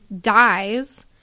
dies